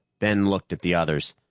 ben looked at the others.